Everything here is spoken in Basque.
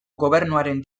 gobernuaren